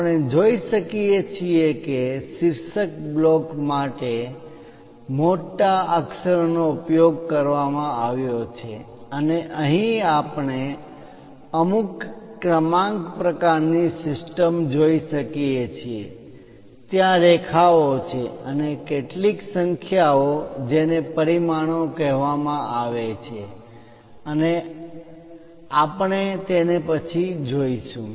આપણે જોઈ શકીએ છીએ કે શીર્ષક બ્લોક માટે મોટા કેપિટલ અક્ષરોનો ઉપયોગ કરવામાં આવ્યો છે અને અહીં આપણે અમુક ક્રમાંક પ્રકારની સિસ્ટમ જોઈ શકીએ છીએ ત્યાં રેખાઓ છે અને કેટલીક સંખ્યા ઓ જેને પરિમાણો કહેવામાં આવે છે અને આપણે તેને પછી જોઈશું